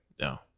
No